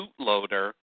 bootloader